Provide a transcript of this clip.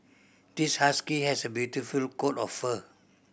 this husky has a beautiful coat of fur